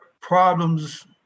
problems